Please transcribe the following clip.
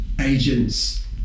agents